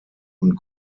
und